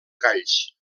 galls